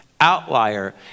outlier